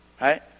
right